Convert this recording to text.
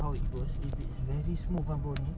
eight times five forty ah